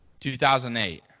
2008